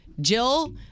Jill